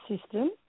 system